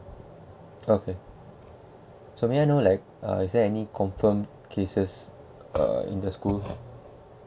okay so may I know like uh is there any confirmed cases uh in the school